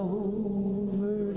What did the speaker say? over